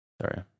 Sorry